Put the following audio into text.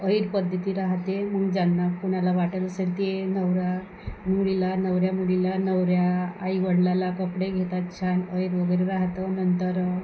आहेर पद्धती राहाते मग ज्यांना कोणाला वाटत असेल ते नवऱ्या मुलीला नवऱ्या मुलीला नवऱ्या आईवडिलाला कपडे घेतात छान आहेर वगैरे राहाते नंतर